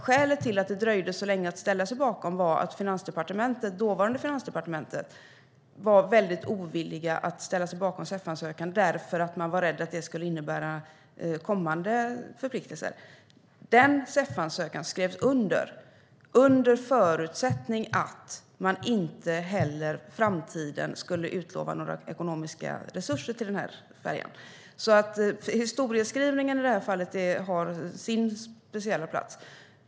Skälet till att det dröjde så länge att göra det var att Finansdepartementet då var mycket ovilligt att ställa sig bakom CEF-ansökan eftersom man var rädd att det skulle innebära kommande förpliktelser. Det var under förutsättning att man inte heller i framtiden skulle utlova några ekonomiska resurser till färjan som den CEF-ansökan skrevs under. Historieskrivningen har sin speciella plats.